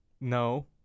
No